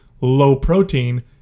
low-protein